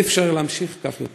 אי-אפשר להמשיך כך.